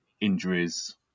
injuries